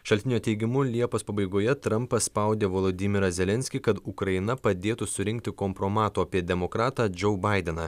šaltinio teigimu liepos pabaigoje trampas spaudė volodymyrą zelenskį kad ukraina padėtų surinkti kompromatų apie demokratą džou baideną